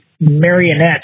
marionettes